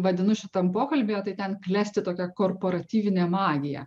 vadinu šitam pokalbyje tai ten klesti tokia korporatyvinė magija